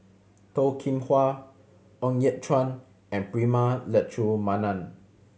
Toh Kim Hwa Ng Yat Chuan and Prema Letchumanan